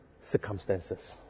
circumstances